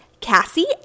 Cassie